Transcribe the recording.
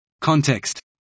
Context